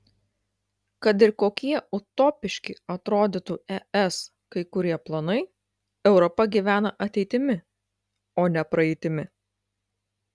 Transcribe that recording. kad ir kokie utopiški atrodytų es kai kurie planai europa gyvena ateitimi o ne praeitimi